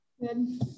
Good